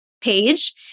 page